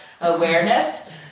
awareness